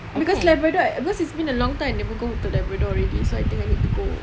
because labrador because it's been a long time I never go to labrador already so I think I need to go